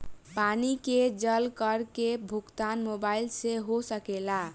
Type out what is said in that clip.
पानी के जल कर के भुगतान मोबाइल से हो सकेला का?